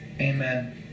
Amen